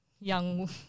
young